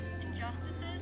injustices